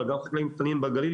אבל גם חקלאים קטנים בגליל,